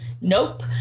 nope